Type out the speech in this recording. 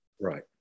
Right